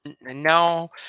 No